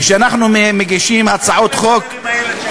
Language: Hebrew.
כשאנחנו מגישים הצעות חוק, תן לי לדבר עם איילת.